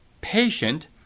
patient